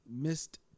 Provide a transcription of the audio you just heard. missed